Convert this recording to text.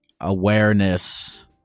awareness